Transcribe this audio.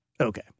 Okay